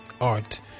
art